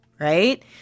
right